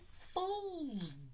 Fool's